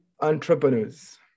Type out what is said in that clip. entrepreneurs